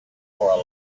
for